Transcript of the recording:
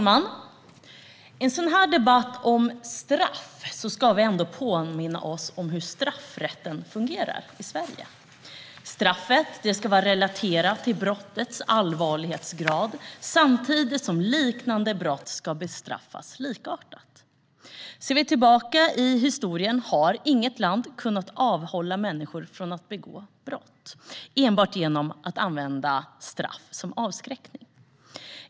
Herr talman! I en debatt om straff ska vi ändå påminna oss om hur straffrätten fungerar i Sverige. Straffet ska vara relaterat till brottets allvarlighetsgrad samtidigt som liknande brott ska bestraffas likartat. Ser vi tillbaka i historien har inget land kunnat avhålla människor från att begå brott enbart genom att använda straffet som avskräckning.